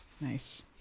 Nice